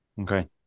Okay